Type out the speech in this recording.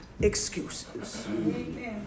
Excuses